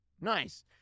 Nice